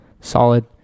solid